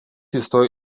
įstojo